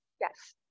Yes